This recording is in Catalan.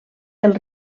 del